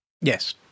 Yes